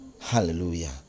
hallelujah